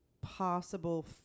possible